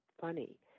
funny